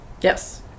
Yes